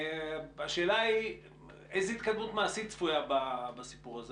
השאלה היא איזה התקדמות מעשית צפויה בנושא הזה?